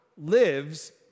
lives